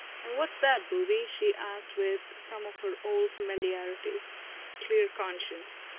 and what's that, booby? she asked, with some of her old familiarity. a clear conscience.